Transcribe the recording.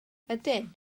ydyn